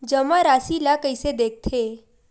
जमा राशि ला कइसे देखथे?